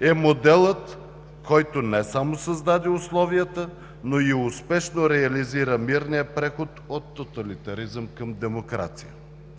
е моделът, който не само създаде условията, но и успешно реализира мирния преход от тоталитаризъм към демокрация.